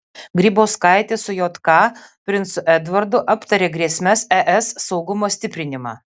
grybauskaitė su jk princu edvardu aptarė grėsmes es saugumo stiprinimą